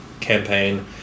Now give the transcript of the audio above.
campaign